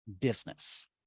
business